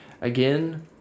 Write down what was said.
again